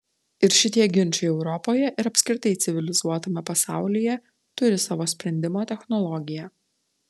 ir šitie ginčai europoje ir apskritai civilizuotame pasaulyje turi savo sprendimo technologiją